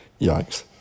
Yikes